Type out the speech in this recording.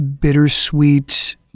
bittersweet